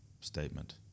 statement